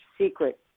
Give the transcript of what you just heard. secret